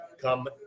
come